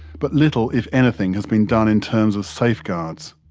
but little if anything has been done in terms of safeguards.